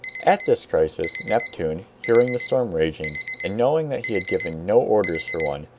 at this crisis, neptune, hearing the storm raging, and knowing that he had given no orders for one,